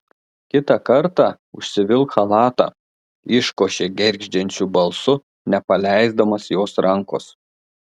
kitą kartą užsivilk chalatą iškošė gergždžiančiu balsu nepaleisdamas jos rankos